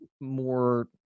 more